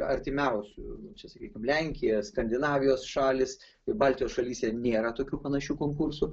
artimiausių čia sakykim lenkija skandinavijos šalys ir baltijos šalyse nėra tokių panašių konkursų